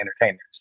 entertainers